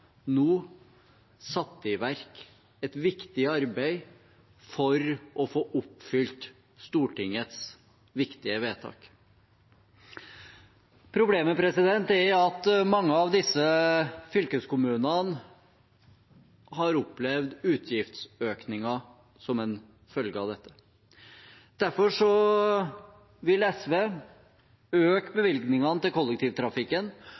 nå satt i verk et viktig arbeid for å få oppfylt Stortingets viktige vedtak. Problemet er at mange av disse fylkeskommunene har opplevd utgiftsøkninger som en følge av dette. Derfor vil SV øke bevilgningene til kollektivtrafikken